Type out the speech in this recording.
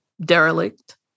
derelict